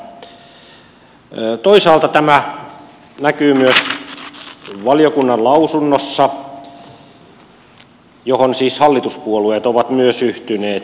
toisaalta tämä näkyy myös valiokunnan lausunnossa johon siis hallituspuolueet ovat myös yhtyneet